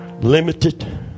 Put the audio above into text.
limited